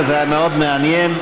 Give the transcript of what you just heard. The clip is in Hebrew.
וזה היה מאוד מעניין.